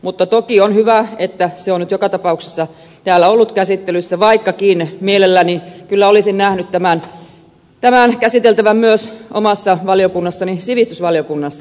mutta toki on hyvä että se on nyt joka tapauksessa täällä ollut käsittelyssä vaikkakin mielelläni kyllä olisin nähnyt tämän käsiteltävän myös omassa valiokunnassani sivistysvaliokunnassa